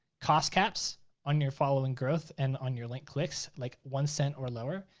cost caps on your following growth and on your link clicks, like one cent or lower.